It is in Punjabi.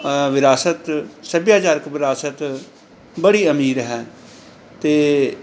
ਵਿਰਾਸਤ ਸੱਭਿਆਚਾਰਕ ਵਿਰਾਸਤ ਬੜੀ ਅਮੀਰ ਹੈ ਅਤੇ